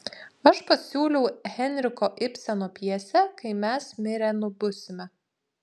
aš pasiūliau henriko ibseno pjesę kai mes mirę nubusime